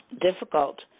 difficult